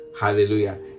Hallelujah